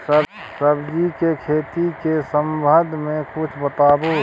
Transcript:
सब्जी के खेती के संबंध मे किछ बताबू?